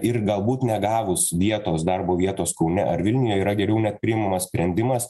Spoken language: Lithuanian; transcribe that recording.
ir galbūt negavus vietos darbo vietos kaune ar vilniuje yra geriau nepriimamas sprendimas